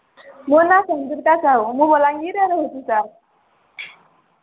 ମୋ ନା ସଂଯୁକ୍ତା ସାହୁ ମୁଁ ବଲାଙ୍ଗୀରରେ ରହୁଛି ସାର୍